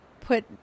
put